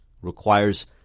Requires